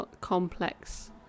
complex